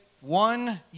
one